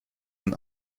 ein